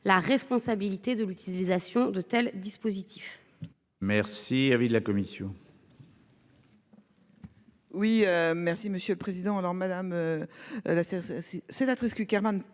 la responsabilité de l'utilisation de tels dispositifs.